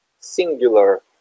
singular